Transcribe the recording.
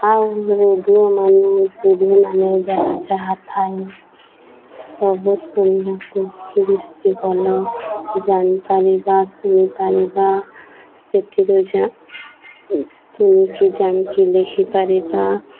ଆଉ ରେଡ଼ିଓ ମାନେ T V ମାନେ ଯାହା ଯାହା ଥାଏ ସବୁ ଶୁଣିବାକୁ ବେଶୀ ଭଲ ଜାଣିପାରିବା ଶୁଣିପାରିବା ସେଥିରୁ ଜା ଶୁଣିକି ଜାଣିକି ଲେଖିପାରିବା